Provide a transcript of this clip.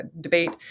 debate